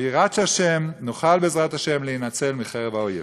ביראת השם, נוכל, בעזרת השם, להינצל מחרב האויב.